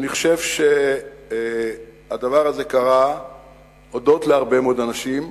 אני חושב שהדבר הזה קרה הודות להרבה מאוד אנשים,